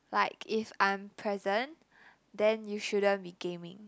like if I'm present then you shouldn't be gaming